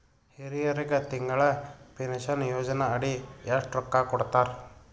ಹಿರಿಯರಗ ತಿಂಗಳ ಪೀನಷನಯೋಜನ ಅಡಿ ಎಷ್ಟ ರೊಕ್ಕ ಕೊಡತಾರ?